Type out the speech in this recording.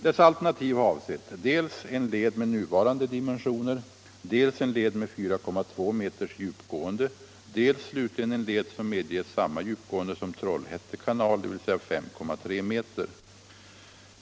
Dessa alternativ har avsett dels en led med nuvarande dimensioner, dels en led med 4,2 meters djupgående, dels slutligen en led som medger samma djupgående som Trollhätte kanal, dvs. 5,3 meter.